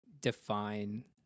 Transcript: define